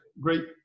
great